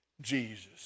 Jesus